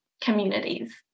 communities